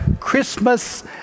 Christmas